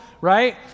right